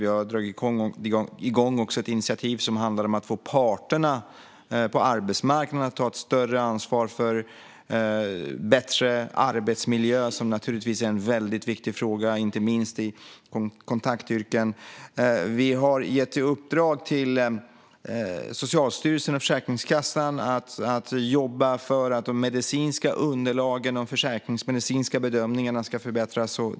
Vi har dragit igång ett initiativ som handlar om att få parterna på arbetsmarknaden att ta ett större ansvar för bättre arbetsmiljö, som naturligtvis är en mycket viktig fråga inte minst i kontaktyrken. Vi har gett i uppdrag till Socialstyrelsen och Försäkringskassan att jobba för att de medicinska underlagen och de försäkringsmedicinska bedömningarna ska förbättras.